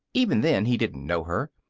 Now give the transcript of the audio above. even then he didn't know her.